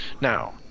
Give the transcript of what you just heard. now